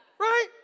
right